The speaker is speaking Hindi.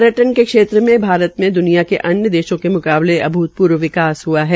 पर्यटन् क्षेत्र में भारत में द्निया के अन्य देशों के मुकाबले अभूतपूर्व विकास हआ है